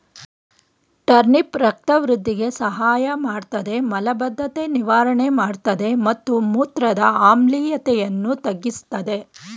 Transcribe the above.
turnip ರಕ್ತ ವೃಧಿಗೆ ಸಹಾಯಮಾಡ್ತದೆ ಮಲಬದ್ಧತೆ ನಿವಾರಣೆ ಮಾಡ್ತದೆ ಮತ್ತು ಮೂತ್ರದ ಆಮ್ಲೀಯತೆಯನ್ನು ತಗ್ಗಿಸ್ತದೆ